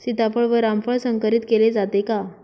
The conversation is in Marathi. सीताफळ व रामफळ संकरित केले जाते का?